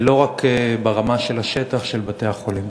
ולא רק ברמה של השטח של בתי-החולים.